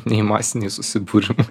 nei masiniai susibūrimai